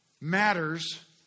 matters